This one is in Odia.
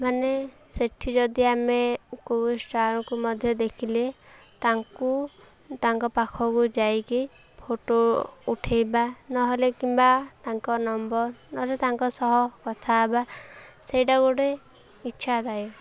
ମାନେ ସେଇଠି ଯଦି ଆମେ କେଉଁ ଷ୍ଟାର୍କୁ ମଧ୍ୟ ଦେଖିଲେ ତାଙ୍କୁ ତାଙ୍କ ପାଖକୁ ଯାଇକି ଫଟୋ ଉଠେଇବା ନହେଲେ କିମ୍ବା ତାଙ୍କ ନମ୍ବର୍ ନହେଲେ ତାଙ୍କ ସହ କଥା ହେବା ସେଇଟା ଗୋଟେ ଇଚ୍ଛା ଥାଏ